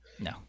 No